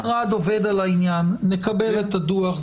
המשרד עובד על העניין, נקבל את הדוח.